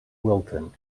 wilton